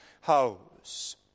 house